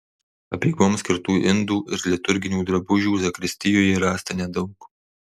apeigoms skirtų indų ir liturginių drabužių zakristijoje rasta nedaug